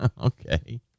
Okay